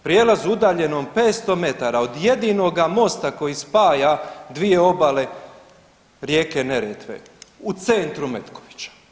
Prijelazu udaljenom 500 metara od jedinoga mosta koji spaja dvije obale rijeke Neretve, u centru Metkovića.